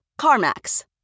CarMax